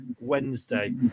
Wednesday